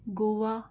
Goa